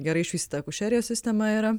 gerai išvystyta akušerijos sistema yra